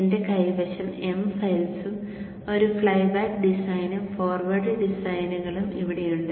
എന്റെ കൈവശം m ഫയൽസും ഒരു ഫ്ലൈബാക്ക് ഡിസൈനും ഫോർവേഡ് ഡിസൈനുകളും ഇവിടെയുണ്ട്